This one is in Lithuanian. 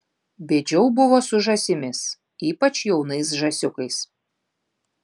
bėdžiau buvo su žąsimis ypač jaunais žąsiukais